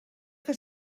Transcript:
que